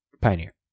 pioneer